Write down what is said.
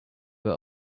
were